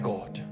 God